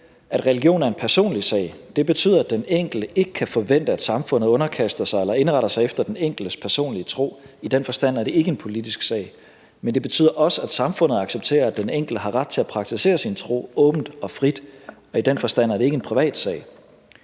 at religion er en personlig sag. Det betyder, at den enkelte ikke kan forvente, at samfundet underkaster sig eller indretter sig efter den enkeltes personlige tro – i den forstand er det ikke en politisk sag. Men det betyder også, at samfundet accepterer, at den enkelte har ret til at praktisere sin tro åbent og frit – og i den forstand er det ikke en privatsag.